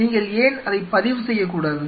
நீங்கள் ஏன் அதை பதிவு செய்யகூடாது